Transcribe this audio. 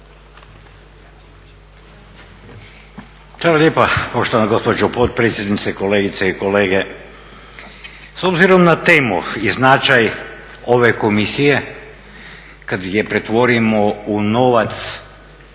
Hvala lijepa poštovana gospođo potpredsjednice, kolegice i kolege. S obzirom na temu i značaj ove Komisije kad je pretvorimo u novac